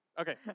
Okay